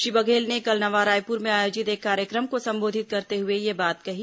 श्री बघेल ने कल नवा रायपूर में आयोजित एक कार्यक्रम को संबोधित करते हुए यह बात कही